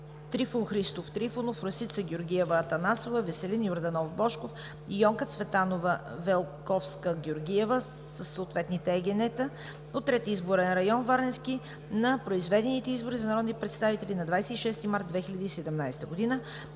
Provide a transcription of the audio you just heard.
Трифон Христов Трифонов; Росица Георгиева Атанасова; Веселин Йорданов Божков и Йонка Цветанова Велковска-Георгиева, със съответните ЕГН-та от Трети изборен район – Варненски, на произведените избори за народни представители на 26 март 2017 г.